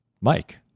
Mike